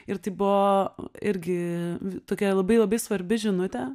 ir tai buvo irgi tokia labai labai svarbi žinutė